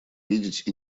видеть